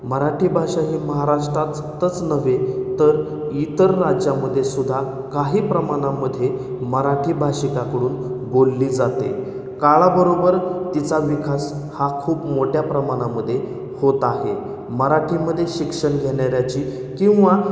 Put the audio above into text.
मराठी भाषा ही महाराष्ट्रातच नव्हे तर इतर राज्यामध्ये सुद्धा काही प्रमाणामध्ये मराठी भाषिकाकडून बोलली जाते काळाबरोबर तिचा विकास हा खूप मोठ्या प्रमाणामध्ये होत आहे मराठीमध्ये शिक्षण घेणाऱ्याची किंवा